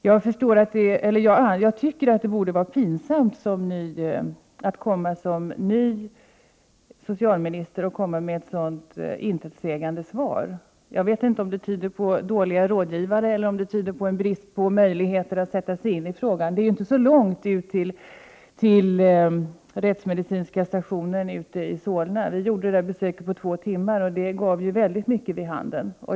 Jag tycker att det borde vara pinsamt att som ny socialminister komma med ett så intetsägande svar. Jag vet inte om det tyder på dåliga rådgivare eller brist på möjligheter att sätta sig in i problemet. Det är inte så långt till rättsmedicinska stationen, som ligger i Solna. Vårt studiebesök tog två timmar och det gav oerhört mycket vid handen.